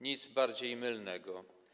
Nic bardziej mylnego.